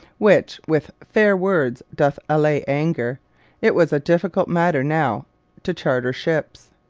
which with faire words doth allay anger it was a difficult matter now to charter ships.